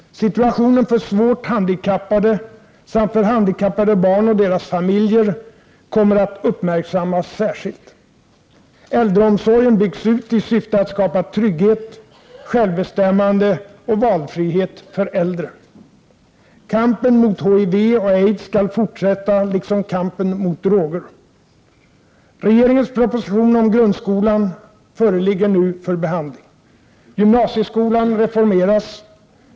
Situationen för svårt handikappade samt för handikappade barn och deras familjer kommer att uppmärksammas särskilt. Äldreomsorgen byggs ut i syfte att skapa trygghet, självbestämmande och valfrihet för äldre. Kampen mot HIV och aids skall fortsätta, liksom kampen mot droger. Regeringens proposition om grundskolan föreligger nu för behandling. Gymnasieskolan reformeras.